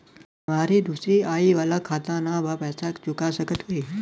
हमारी दूसरी आई वाला खाता ना बा पैसा चुका सकत हई?